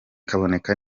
kaboneka